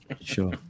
sure